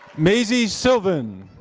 maisy sylvan.